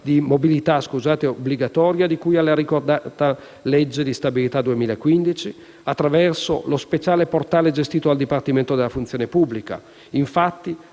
di mobilità obbligatoria di cui alla ricordata legge di stabilità per il 2015, attraverso lo speciale portale gestito dal dipartimento della funzione pubblica. Infatti,